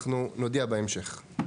אנחנו נודיע בהמשך.